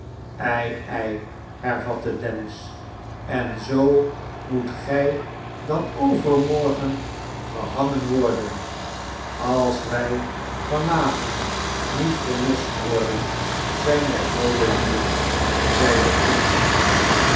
ei hervatte dennis en zoo moet gij dan overmorgen gehangen worden als wij van avond niet verlost worden zijn wij doode lieden zeide een van hen